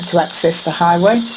to access the highway.